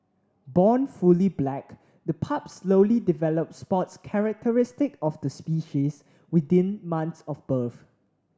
born fully black the pups slowly develop spots characteristic of the species within months of birth